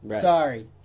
Sorry